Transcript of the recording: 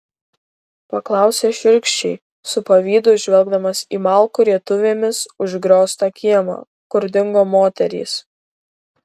paklausė šiurkščiai su pavydu žvelgdamas į malkų rietuvėmis užgrioztą kiemą kur dingo moterys